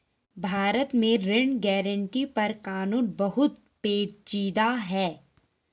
भारत में ऋण गारंटी पर कानून बहुत पेचीदा है